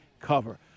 cover